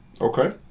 Okay